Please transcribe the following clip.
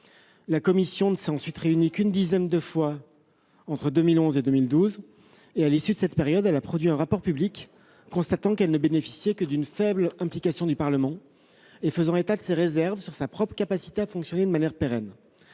Elle ne s'est ensuite réunie qu'une dizaine de fois entre 2011 et 2012 ; à l'issue de cette période, elle a produit un rapport public, constatant qu'elle ne bénéficiait que d'une faible implication du Parlement et faisant état de ses réserves sur sa propre capacité à fonctionner de manière pérenne.